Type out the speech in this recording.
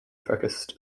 focused